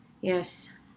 Yes